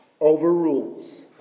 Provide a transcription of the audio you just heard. overrules